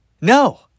No